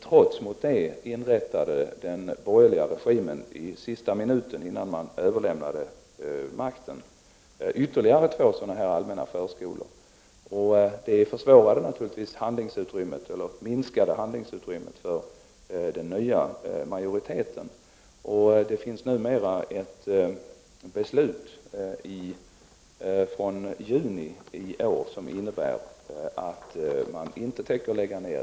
Trots detta inrättade den borgerliga regimen i sista minuten, innan man överlämnade makten, ytterligare två allmänna förskolor, och detta minskade naturligtvis handlingsutrymmet för den nya majoriteten. Det finns nu ett beslut från juni i år som innebär att någon nedläggning inte skall ske.